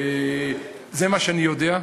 זה מה שאני יודע,